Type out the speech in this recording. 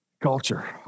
Culture